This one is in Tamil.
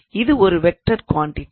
இது ஒரு வெக்டார் குவாண்டிடி